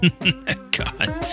God